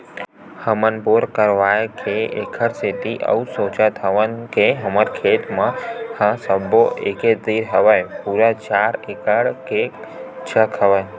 हमन बोर करवाय के ऐखर सेती अउ सोचत हवन के हमर खेत मन ह सब्बो एके तीर हवय पूरा चार एकड़ के चक हवय